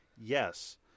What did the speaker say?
yes